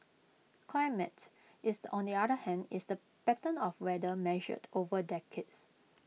climate is the other hand is the pattern of weather measured over decades